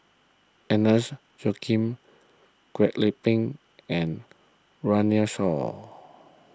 Agnes Joaquim Kwek Leng Beng and Runme Shaw